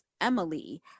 Emily